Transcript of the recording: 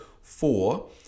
four